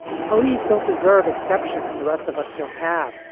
police don't deserve exceptions. the rest of us don't have.